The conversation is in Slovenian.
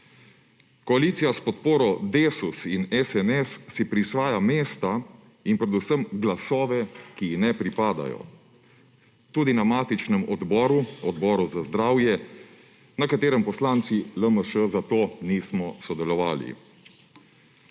Koalicija s podporo Desusa in SNS si prisvaja mesta in predvsem glasove, ki ji ne pripadajo. Tudi na matičnem odboru, Odboru za zdravstvo, na katerem poslanci LMŠ zato nismo sodelovali.